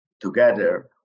together